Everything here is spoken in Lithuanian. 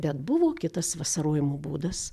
bet buvo kitas vasarojimo būdas